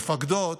מפקדות,